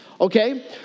Okay